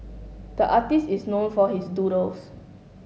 the artist is known for his doodles